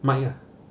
mike lah